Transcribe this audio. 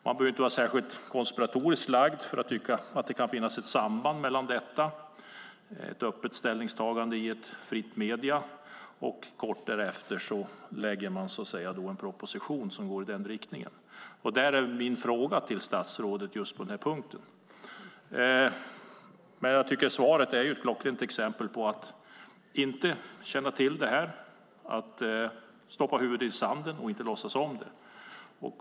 Man behöver inte vara särskilt konspiratoriskt lagd för att tycka att det kan finnas ett samband mellan uttalandet i tidningen Resumé och den kort därefter framlagda proposition som gick i denna riktning - och därav min fråga till statsrådet. Statsrådets svar är ett klockrent exempel på att stoppa huvudet i sanden och låtsas som ingenting.